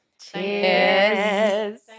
cheers